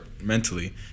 mentally